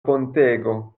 pontego